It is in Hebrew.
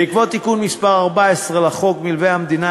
בעקבות תיקון מס' 14 לחוק מלווה המדינה,